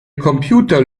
computer